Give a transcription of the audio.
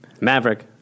Maverick